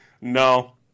No